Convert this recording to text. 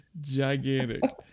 gigantic